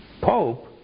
Pope